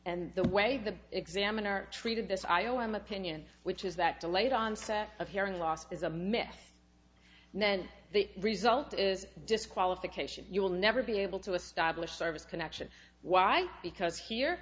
and the way the examiner treated this i o m opinion which is that delayed onset of hearing loss is a myth and then the result is disqualification you will never be able to establish service connection why because here